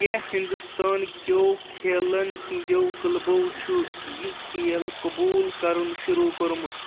کیٚنٛہہ ہندوستان كیو کھیلن ہٕنٛدٮ۪و کلبو چھُ یہِ کھیل قبوٗل کرُن شروٗع کوٚرمُت